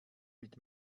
mit